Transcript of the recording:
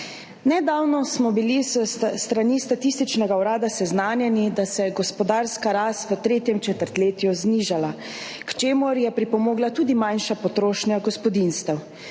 Nedavno smo bili s strani Statističnega urada seznanjeni, da se je gospodarska rast v tretjem četrtletju znižala, k čemur je pripomogla tudi manjša potrošnja gospodinjstev.